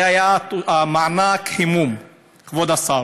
זה היה מענק חימום, כבוד השר.